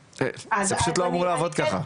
זה פשוט לא אמור לעבוד ככה.